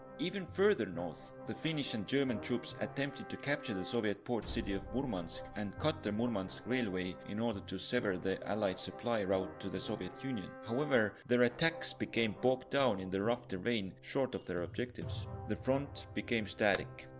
even further north, the finnish and german troops attempted to capture the soviet port city of murmansk and cut the murmansk railway in order to sever the allied supply route to the soviet union. however their attacks became bogged down in the rough terrain short of their objectives. the front became static.